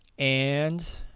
and.